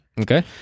Okay